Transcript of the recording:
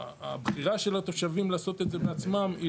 הבחירה של התושבים לעשות את זה בעצמם היא